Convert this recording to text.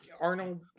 arnold